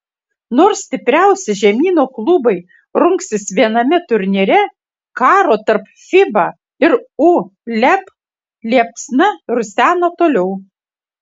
nors stipriausi žemyno klubai rungsis viename turnyre karo tarp fiba ir uleb liepsna rusena toliau